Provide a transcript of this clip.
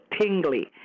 tingly